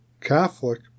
Catholic